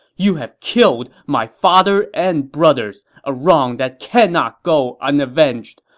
you have killed my father and brothers, a wrong that cannot go unavenged!